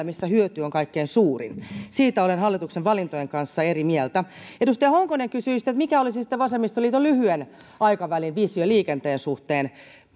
missä hyöty on kaikkein suurin siitä olen hallituksen valintojen kanssa eri mieltä edustaja honkonen kysyi sitä mikä olisi sitten vasemmistoliiton lyhyen aikavälin visio liikenteen suhteen